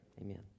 Amen